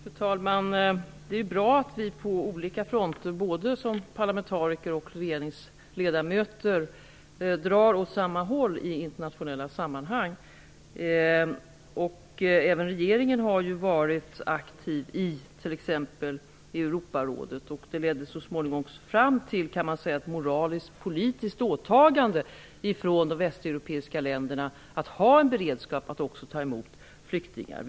Fru talman! Det är bra att vi på olika fronter, både som parlamentariker och som regeringsledamöter, drar åt samma håll i internationella sammanhang. Även regeringen har varit aktiv i Europarådet. Det ledde så småningom fram till ett moraliskt och politiskt åtagande från de västeuropeiska länderna att ha en beredskap att också ta emot flyktingar.